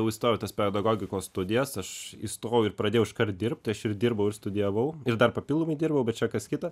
jau įstojau į tas pedagogikos studijas aš įstojau ir pradėjau iškart dirbt tai aš ir dirbau ir studijavau ir dar papildomai dirbau bet čia kas kita